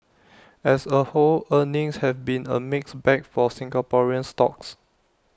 as A whole earnings have been A mixed bag for Singaporean stocks